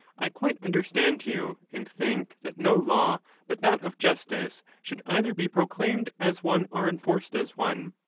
i quite understand you, you, and think that no law but that of justice should either be proclaimed as one or enforced as one.